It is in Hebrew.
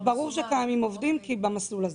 ברור שקיימים עובדים במסלול הזה.